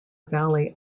valley